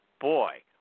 boy